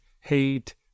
hate